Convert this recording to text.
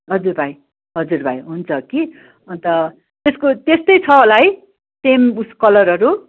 हजुर भाइ हजुर भाइ हुन्छ कि अन्त त्यसको त्यस्तै छ होला है सेम उस कलरहरू